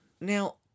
Now